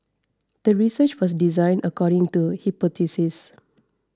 the research was designed according to hypothesis